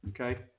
okay